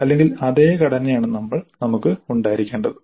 അല്ലെങ്കിൽ അതേ ഘടനയാണ് നമുക്ക് ഉണ്ടായിരിക്കേണ്ടത്